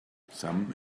some